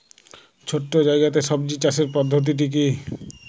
ছোট্ট জায়গাতে সবজি চাষের পদ্ধতিটি কী?